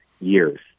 years